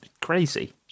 Crazy